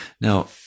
Now